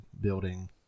building